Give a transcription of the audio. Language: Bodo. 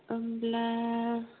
होमब्ला